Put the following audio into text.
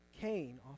Cain